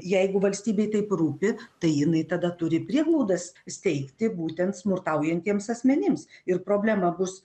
jeigu valstybei taip rūpi tai jinai tada turi prieglaudas steigti būtent smurtaujantiems asmenims ir problema bus